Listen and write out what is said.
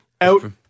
Out